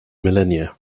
millennia